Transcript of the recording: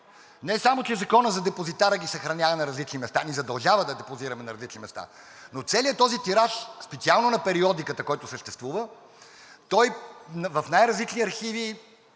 Не само че Законът за депозитара ги съхранява на различни места – ни задължава да ги депозираме на различни места, но целият този тираж, специално на периодиката, който съществува, той в най-различни архиви,